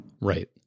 Right